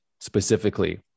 specifically